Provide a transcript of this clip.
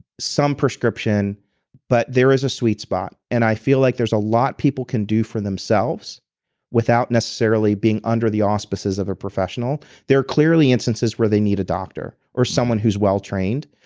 some prescription but there is a sweet spot and i feel like there's a lot people can do for themselves without necessarily being under the auspices of a professional there are clearly instances where they need a doctor or someone who is well trained.